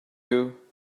you